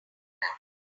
back